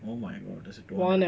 oh my god that's long